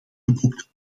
geboekt